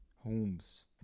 Holmes